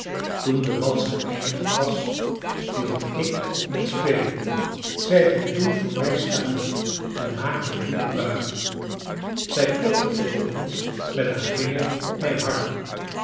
toen de wals geëindigd was hield ik op met spelen zij ging toen voor mij staan en maakte een diepe buiging zij klopte vervolgens met haar vinger op mijn harp